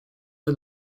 for